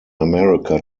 america